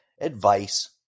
advice